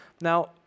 Now